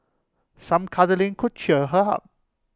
some cuddling could cheer her up